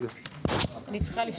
הישיבה ננעלה